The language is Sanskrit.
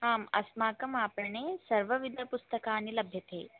आम् अस्माकम् आपणे सर्वविधपुस्तकानि लभ्यन्ते